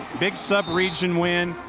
big subregion win.